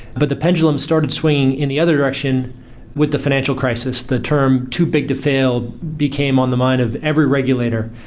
but the pendulum started swinging in the other direction with the financial crisis, the term too big to fail became on the mind of every regulator,